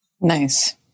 Nice